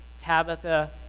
Tabitha